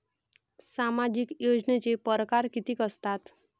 सामाजिक योजनेचे परकार कितीक असतात?